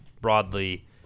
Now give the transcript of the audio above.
broadly